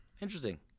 Interesting